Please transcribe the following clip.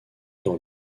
dans